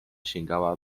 sięgała